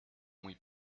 muy